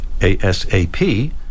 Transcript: A-S-A-P